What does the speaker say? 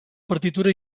partitura